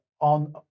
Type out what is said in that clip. on